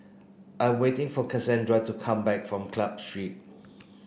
I waiting for Casandra to come back from Club Street